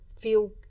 feel